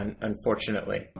unfortunately